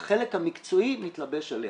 החלק המקצועי מתלבש עליה,